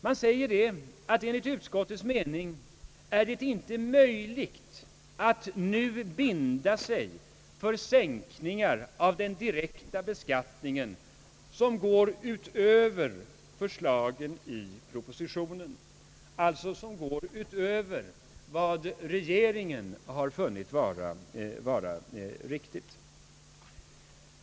Man säger att enligt utskottets mening är det inte möjligt att nu binda sig för sänkningar av den direkta beskattningen som går utöver förslagen i propositionen, alltså utöver vad regeringen har funnit vara riktigt.